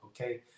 okay